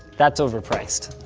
that's overpriced.